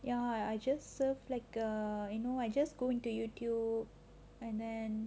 ya I just surf like uh you know I just go into YouTube and then